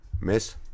Miss